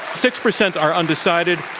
six percent are undecided.